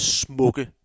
smukke